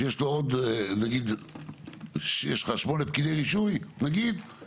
שיש לו עוד נגיד שמונה פקידי רישוי נגיד,